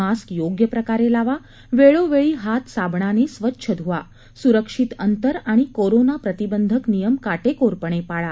mask योग्य प्रकारे लावा वेळोवेळी हात साबणाने स्वच्छ ध्वा स्रक्षित अंतर आणि कोरोना प्रतिबंधक नियम का कोरपणे पाळा